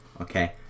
okay